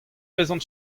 vezont